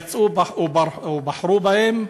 יצאו ובחרו בו,